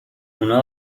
اونا